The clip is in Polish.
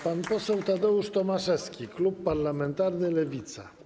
Pan poseł Tadeusz Tomaszewski, klub parlamentarny Lewica.